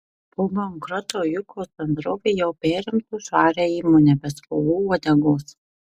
po bankroto jukos bendrovė jau perimtų švarią įmonę be skolų uodegos